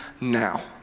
now